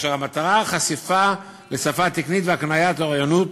שהמטרה שלה היא חשיפה לשפה תקנית והקניית אוריינות